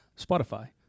Spotify